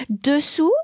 dessous